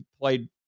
played